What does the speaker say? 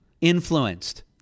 influenced